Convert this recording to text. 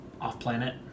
off-planet